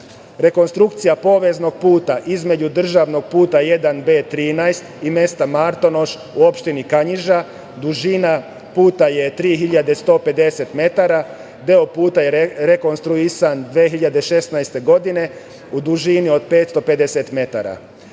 pravca. Rekonstrukcija poveznog puta između državnog puta 1B13 i mesta Martonoš u opštini Kanjiža, dužina puta je 3.150 metara. Deo puta je rekonstruisan 2016. godine u dužini od 550 metara. Dalje,